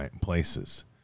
places